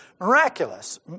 miraculous